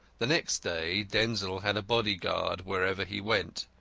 the next day denzil had a body-guard wherever he went.